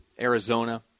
Arizona